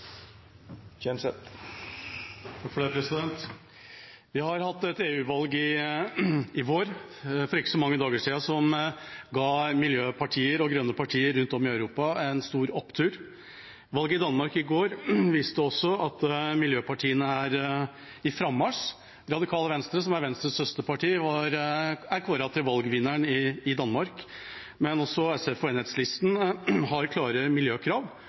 Vi har hatt et EU-valg i vår, for ikke så mange dager siden, som ga miljøpartier og grønne partier rundt om i Europa en stor opptur. Valget i Danmark i går viste også at miljøpartiene er på frammarsj. Radikale Venstre, som er Venstres søsterparti, er kåret til valgvinneren i Danmark, men også SF og Enhedslisten har klare miljøkrav.